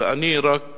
ואני רק